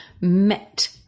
met